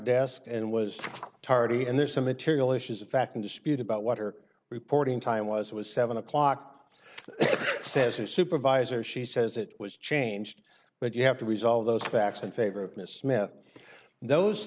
desk and was tardy and there's some material issues of fact in dispute about what are reporting time was it was seven o'clock says her supervisor she says it was changed but you have to resolve those facts in favor of this myth those